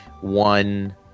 one